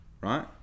right